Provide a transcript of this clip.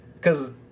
cause